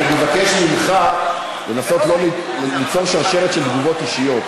אני מבקש ממך לנסות לא ליצור שרשרת של תגובות אישיות,